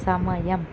సమయం